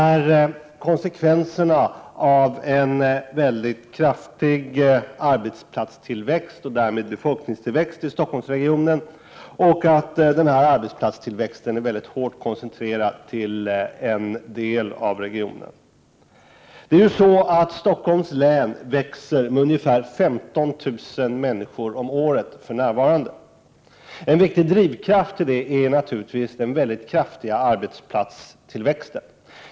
En mycket kraftig arbetsplatstillväxt har lett till en befolkningstillväxt i Stockholmsregionen, och denna arbetsplatstillväxt är mycket hårt koncentrerad till en del av denna regionen. Stockholms län växer för närvarande med ungefär 15 000 människor om året, och en viktig drivkraft bakom detta är naturligtvis den mycket kraftiga arbetsplatstillväxten.